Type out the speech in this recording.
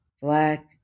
black